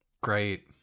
Great